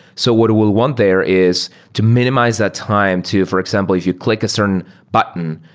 so what we'll want there is to minimize that time to, for example, if you click a certain button,